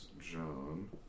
John